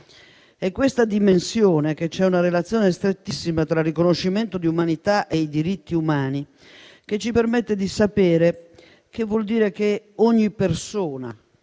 In questa dimensione c'è una relazione strettissima tra riconoscimento di umanità e diritti umani, che ci permette di sapere che a ogni persona,